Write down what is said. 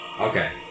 okay